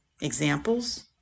examples